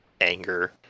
anger